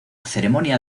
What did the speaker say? ceremonia